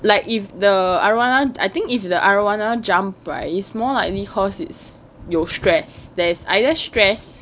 like if the arowana I think if the arowana jump right is more likely cause it's 有 stress there's either stress